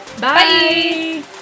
Bye